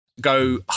go